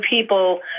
people